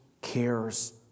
cares